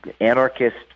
anarchist